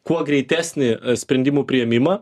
kuo greitesnį sprendimų priėmimą